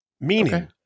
Meaning